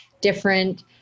different